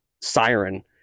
siren